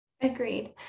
Agreed